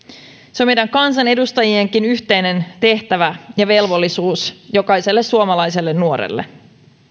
se on meidän kansanedustajienkin yhteinen tehtävä ja velvollisuus jokaiselle suomalaiselle nuorelle